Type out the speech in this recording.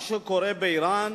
מה שקורה באירן